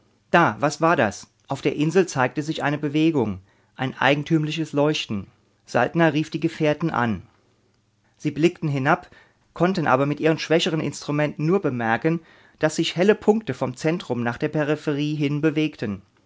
da was war das auf der insel zeigte sich eine bewegung ein eigentümliches leuchten saltner rief die gefährten an sie blickten hinab konnten aber mit ihren schwächeren instrumenten nur bemerken daß sich helle punkte vom zentrum nach der peripherie hin bewegten